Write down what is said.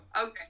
Okay